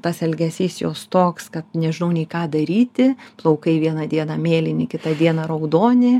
tas elgesys jos toks kad nežinau nei ką daryti plaukai vieną dieną mėlyni kitą dieną raudoni